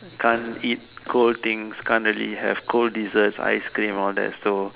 can't eat colds things can't really have cold desserts ice cream all that so